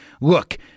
look